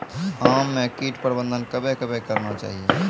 आम मे कीट प्रबंधन कबे कबे करना चाहिए?